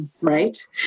right